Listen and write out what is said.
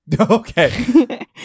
okay